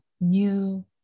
new